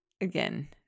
Again